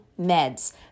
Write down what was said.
meds